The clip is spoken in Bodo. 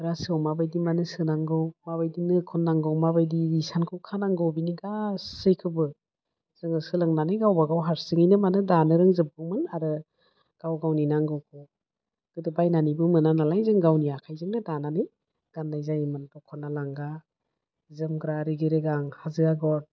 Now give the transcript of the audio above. रासोआव माबायदि माने सोनांगौ माबायदि नो खननांगौ माबायदि इसानखौ खानांगौ बिनि गासैखौबो जोङो सोलोंनानै गावबा गाव हारसिङैनो माने दानो रोंजोबगौमोन आरो गाव गावनि नांगौखौ गोदो बायनानैबो मोना नालाय जों गावनि आखाइजोंनो दानानै गान्नाय जायोमोन दख'ना लांगा जोमग्रा रिगि रिगां हाजो आग'र